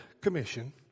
commission